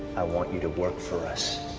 i want you to work for us.